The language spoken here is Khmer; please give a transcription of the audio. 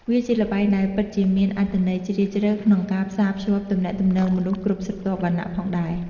វាជាល្បែងដែលពិតជាមានអត្ថន័យជ្រាលជ្រៅក្នុងការផ្សារភ្ជាប់ទំនាក់ទំនងមនុស្សគ្រប់ស្រទាប់វណ្ណៈផងដែរ។